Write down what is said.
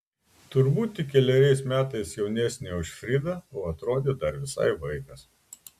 turbūt tik keleriais metais jaunesnė už fridą o atrodė dar visai vaikas